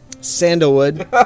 Sandalwood